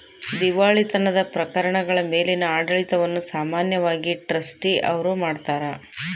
ದಿವಾಳಿತನದ ಪ್ರಕರಣಗಳ ಮೇಲಿನ ಆಡಳಿತವನ್ನು ಸಾಮಾನ್ಯವಾಗಿ ಟ್ರಸ್ಟಿ ಅವ್ರು ಮಾಡ್ತಾರ